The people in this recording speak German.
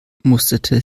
musterte